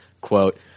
quote –